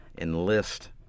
enlist